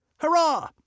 Hurrah